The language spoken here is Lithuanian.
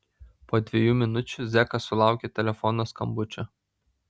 po dviejų minučių zekas sulaukė telefono skambučio